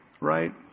right